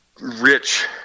rich